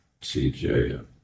CJ